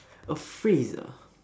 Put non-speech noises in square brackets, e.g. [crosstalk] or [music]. [breath] a phrase ah